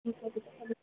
ठीकु आहे ठीकु आहे